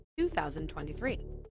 2023